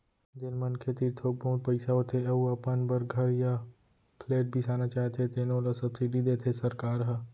जेन मनखे तीर थोक बहुत पइसा होथे अउ अपन बर घर य फ्लेट बिसाना चाहथे तेनो ल सब्सिडी देथे सरकार ह